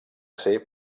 ser